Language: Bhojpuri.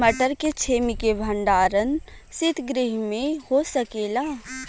मटर के छेमी के भंडारन सितगृह में हो सकेला?